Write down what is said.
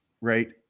right